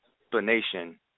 explanation